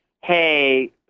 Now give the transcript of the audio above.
hey